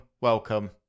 welcome